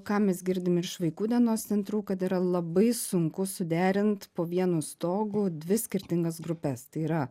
ką mes girdim ir iš vaikų dienos centrų kad yra labai sunku suderint po vienu stogu dvi skirtingas grupes tai yra